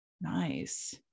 nice